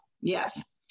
Yes